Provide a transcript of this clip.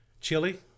Chili